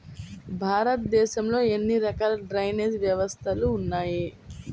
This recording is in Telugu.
భారతదేశంలో ఎన్ని రకాల డ్రైనేజ్ వ్యవస్థలు ఉన్నాయి?